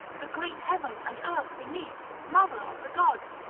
the great heaven, and earth beneath, mother of the gods,